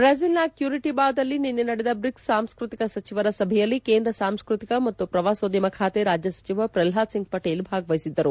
ಬ್ರೆಜೆಲ್ನ ಕ್ಯೂರಿಟಿಬಾದಲ್ಲಿ ನಿನ್ನೆ ನಡೆದ ಬ್ರಿಕ್ಸ್ ಸಾಂಸ್ಕೃತಿಕ ಸಚಿವರ ಸಭೆಯಲ್ಲಿ ಕೇಂದ್ರ ಸಾಂಸ್ಕೃತಿಕ ಮತ್ತು ಪ್ರವಾಸೋದ್ಯಮ ಖಾತೆ ರಾಜ್ಯ ಸಚಿವ ಪ್ರಹ್ಲಾದ್ ಸಿಂಗ್ ಪಟೇಲ್ ಭಾಗವಹಿಸಿದ್ದರು